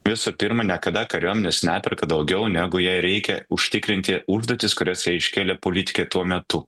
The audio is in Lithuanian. visų pirma niekada kariuomenės neperka daugiau negu jai reikia užtikrinti užduotis kurias jai iškėlė politikai tuo metu